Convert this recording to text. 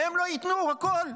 והם לא ייתנו הכול?